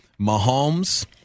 mahomes